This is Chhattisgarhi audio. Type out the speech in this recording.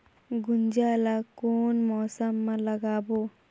गुनजा ला कोन मौसम मा लगाबो?